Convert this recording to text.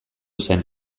zen